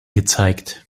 gezeigt